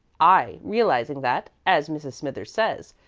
i, realizing that, as mrs. smithers says,